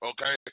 Okay